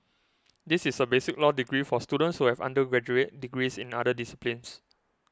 this is a basic law degree for students who have undergraduate degrees in other disciplines